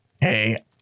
Hey